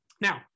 Now